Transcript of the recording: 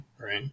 right